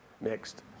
mixed